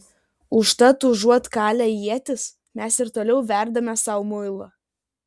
užtat užuot kalę ietis mes ir toliau verdame sau muilą